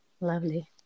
Lovely